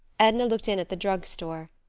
edna looked in at the drug store.